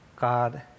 God